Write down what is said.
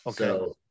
Okay